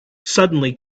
suddenly